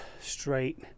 straight